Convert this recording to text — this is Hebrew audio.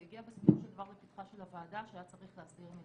זה הגיע בסופו של דבר לפתחה של הוועדה שהיה צריך להסדיר מלמעלה.